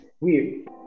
weird